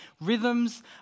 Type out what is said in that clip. Rhythms